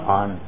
on